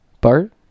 Bart